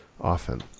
often